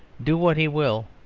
do what he will,